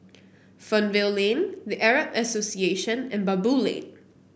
Fernvale Lane The Arab Association and Baboo Lane